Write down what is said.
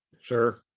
sure